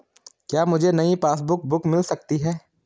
क्या मुझे नयी पासबुक बुक मिल सकती है?